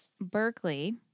Berkeley